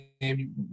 name